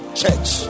church